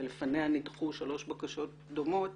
ולפניה נדחו שלוש בקשות דומות.